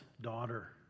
daughter